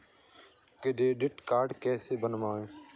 Credit card कैसे बनवाएँ?